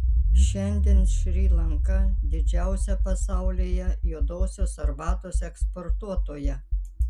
šiandien šri lanka didžiausia pasaulyje juodosios arbatos eksportuotoja